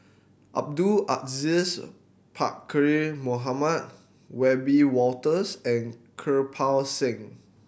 Abdul Aziz Pakkeer Mohamed Wiebe Wolters and Kirpal Singh